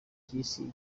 cy’isi